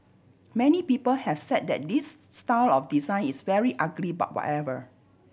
many people have said that this style of design is very ugly but whatever